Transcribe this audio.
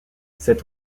cet